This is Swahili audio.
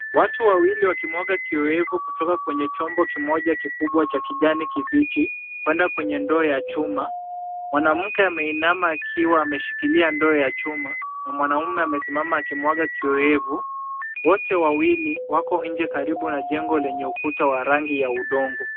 Watu wawili wakimwaga kiyoyevu kutoka kwenye chombo kimoja kikubwa cha kijani kibichi, kwenda kwenye ndoo ya chuma. Mwanamke ameinama akiwa ameshikilia ndoo ya chuma na mwanaume amesimama akimwaga kiyoyevu. Wote wawili wako nje karibu na jengo lenye ukuta wa rangi ya udongo.